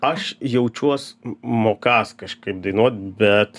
aš jaučiuos m mokąs kažkaip dainuot bet